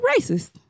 racist